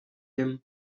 him